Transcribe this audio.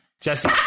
Jesse